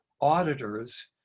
auditors